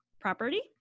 property